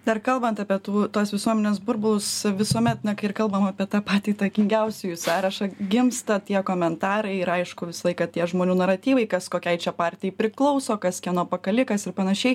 dar kalbant apie tų tos visuomenės burbulus visuomet na kai ir kalbam apie tą patį įtakingiausiųjų sąrašą gimsta tie komentarai ir aišku visą laiką tie žmonių naratyvai kas kokiai čia partijai priklauso kas kieno pakalikas ir panašiai